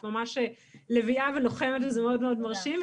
את ממש לביאה ולוחמת וזה מאוד מאוד מרשים,